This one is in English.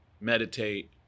meditate